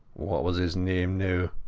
what was his name now